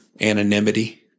anonymity